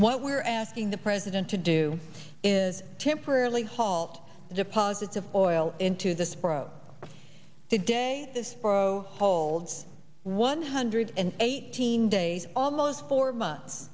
what we are asking the president to do is temporarily halt deposits of oil into the spro to day the spro holds one hundred and eighteen days almost four months